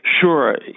Sure